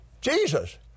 Jesus